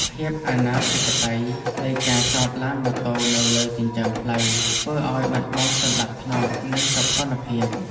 ភាពអនាធិបតេយ្យនៃការចតឡានម៉ូតូនៅលើចិញ្ចើមផ្លូវធ្វើឱ្យបាត់បង់សណ្តាប់ធ្នាប់ និងសោភ័ណភាព។